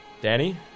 Danny